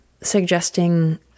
suggesting